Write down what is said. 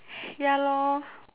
ya lor